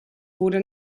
wurde